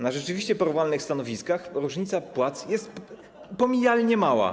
Na rzeczywiście porównywalnych stanowiskach różnica płac jest pomijalnie mała.